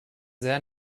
sehr